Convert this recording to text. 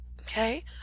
Okay